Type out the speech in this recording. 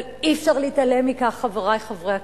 אבל אי-אפשר להתעלם, חברי חברי הכנסת,